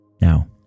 Now